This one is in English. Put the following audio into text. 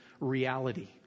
reality